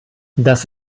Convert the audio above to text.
das